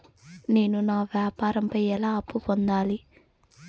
నేను నా వ్యాపారం పై ఎలా అప్పు పొందాలి?